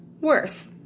worse